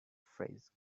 phrase